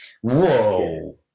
Whoa